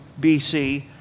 BC